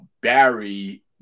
Barry